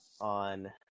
on